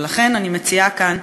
ולכן ההצעה שאני מציעה כאן